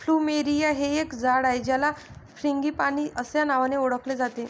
plumeria हे एक झाड आहे ज्याला फ्रँगीपानी अस्या नावानी ओळखले जाते